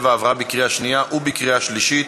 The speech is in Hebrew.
57)